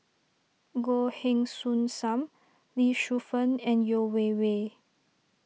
Goh Heng Soon Sam Lee Shu Fen and Yeo Wei Wei